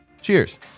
Cheers